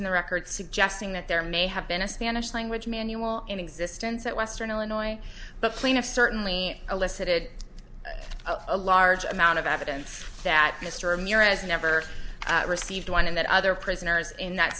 in the record suggesting that there may have been a spanish language manual in existence at western illinois but plaintiffs certainly elicited a large amount of evidence that mr ramirez never received one and that other prisoners in that